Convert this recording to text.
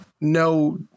no